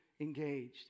engaged